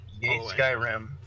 Skyrim